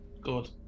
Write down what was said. Good